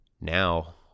Now